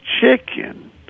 chicken